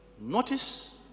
notice